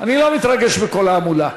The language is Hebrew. אני לא מתרגש מכל ההמולה.